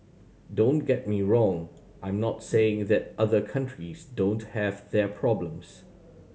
don't get me wrong I'm not saying that other countries don't have their problems